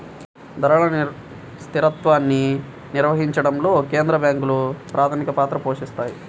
ధరల స్థిరత్వాన్ని నిర్వహించడంలో కేంద్ర బ్యాంకులు ప్రాథమిక పాత్రని పోషిత్తాయి